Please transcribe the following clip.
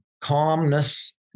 calmness